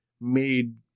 made